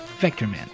Vectorman